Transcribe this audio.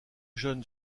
jeune